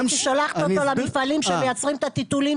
הייתי שולחת אותו למפעלים שמייצרים את הטיטולים